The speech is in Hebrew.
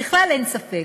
בכלל אין ספק.